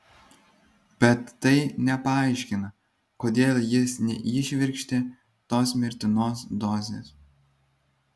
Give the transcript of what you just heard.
bet tai nepaaiškina kodėl jis neįšvirkštė tos mirtinos dozės